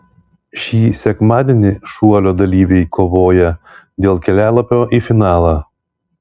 šį sekmadienį šuolio dalyviai kovoja dėl kelialapio į finalą